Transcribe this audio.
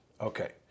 Okay